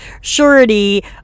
surety